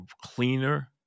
cleaner